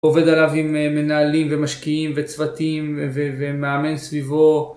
עובד עליו עם מנהלים ומשקיעים וצוותים ומאמן סביבו